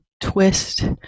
Twist